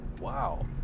wow